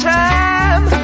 time